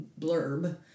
blurb